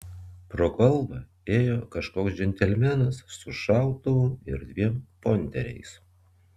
pro kalvą ėjo kažkoks džentelmenas su šautuvu ir dviem pointeriais